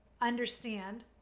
understand